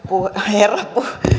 herra